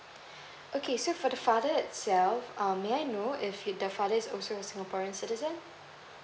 okay so for the father himself um may I know if the father is also a singaporean citizen